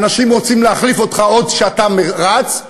אנשים רוצים להחליף אותך עוד כשאתה רץ,